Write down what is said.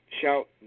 shout